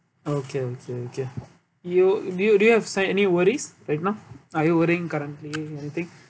okay okay okay you do you do you have sign any worries right now are you worrying currently anything